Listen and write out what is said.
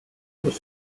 was